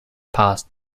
past